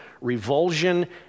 revulsion